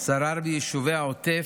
שרר ביישובי העוטף,